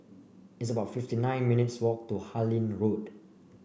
it's about fifty nine minutes' walk to Harlyn Road